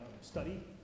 study